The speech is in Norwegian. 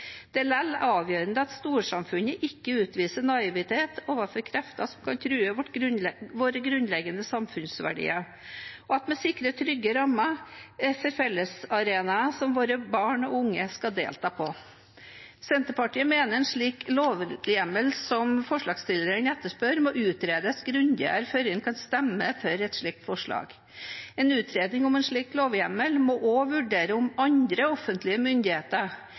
Det er likevel avgjørende at storsamfunnet ikke utviser naivitet overfor krefter som kan true våre grunnleggende samfunnsverdier, og at vi sikrer trygge rammer for de fellesarenaene som våre barn og unge skal delta i. Senterpartiet mener en slik lovhjemmel som forslagsstillerne etterspør, må utredes grundigere før vi kan stemme for et slikt forslag. En utredning om en slik lovhjemmel må også vurdere om andre offentlige myndigheter